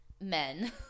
men